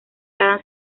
cada